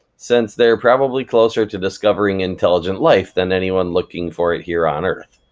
since they're probably closer to discovering intelligent life than anyone looking for it here on earth.